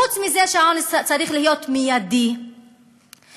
חוץ מזה שהעונש צריך להיות מיידי ופרופורציונלי,